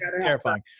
Terrifying